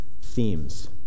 themes